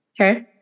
okay